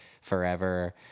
forever